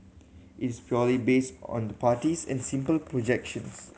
it's purely based on the parties and simple projections